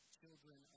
children